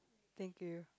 thank you